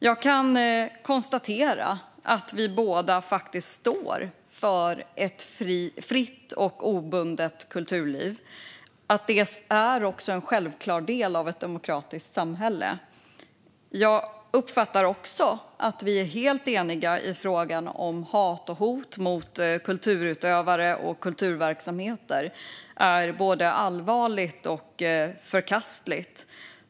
Jag kan konstatera att vi båda står för ett fritt och obundet kulturliv och att detta är en självklar del av ett demokratiskt samhälle. Jag uppfattar också att vi är helt eniga om att hat och hot mot kulturutövare och kulturverksamheter är både allvarligt och förkastligt.